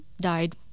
died